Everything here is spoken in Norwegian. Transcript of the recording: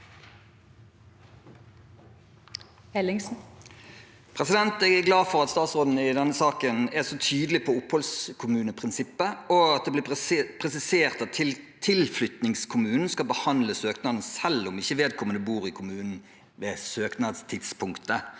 Jeg er glad for at statsråden i denne saken er så tydelig på oppholdskommuneprinsippet og at det ble presisert at tilflyttingskommunen skal behandle søknaden selv om vedkommende ikke bor i kommunen ved søknadstidspunktet.